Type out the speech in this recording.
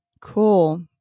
Cool